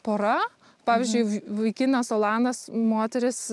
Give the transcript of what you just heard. pora pavyzdžiui v vaikinas olandas moteris